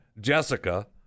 Jessica